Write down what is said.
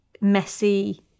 messy